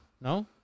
No